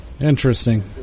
Interesting